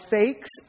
fakes